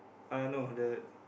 uh no the